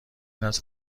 است